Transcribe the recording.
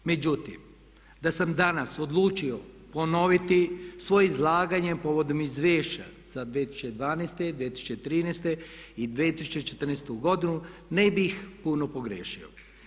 Međutim, da sam danas odlučio ponoviti svoje izlaganje povodom izvješće za 2012. i 2013. i 2014. godinu ne bih puno pogriješio.